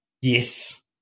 Yes